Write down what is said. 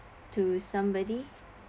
something to somebody